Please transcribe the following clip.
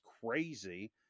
crazy